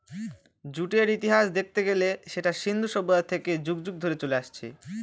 জুটের ইতিহাস দেখতে গেলে সেটা সিন্ধু সভ্যতা থেকে যুগ যুগ ধরে চলে আসছে